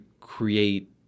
create